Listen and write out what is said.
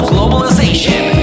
Globalization